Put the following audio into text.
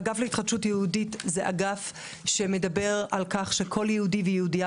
האגף להתחדשות יהודית זה אגף שמדבר על כך שכל יהודי ויהודייה